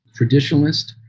Traditionalist